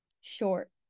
Short